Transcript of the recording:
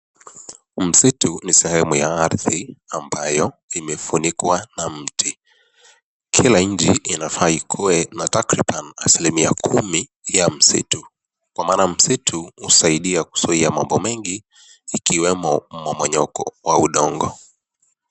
Msitu ni sehemu ya ardhi ambayo imefunikwa na mti. Kila nchi inafaa ikue na takriban asilimia kumi ya msitu, kwa maana msitu husaidia huzuia mambo mengi ikiwemo mmomonyoko wa udongo.